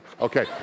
Okay